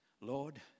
Lord